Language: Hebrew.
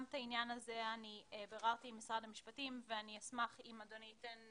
גם את העניין הזה ביררתי עם משרד המשפטים ואני אשמח אם אדוני ייתן